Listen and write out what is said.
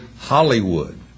Hollywood